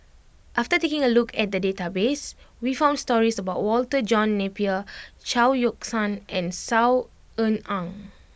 after taking a look at the database we found stories about Walter John Napier Chao Yoke San and Saw Ean Ang